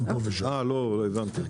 מאוד ידועה בנושא.